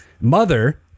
mother